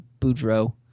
Boudreaux